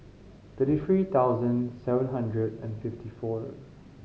thirty three thousand seven hundred and fifty four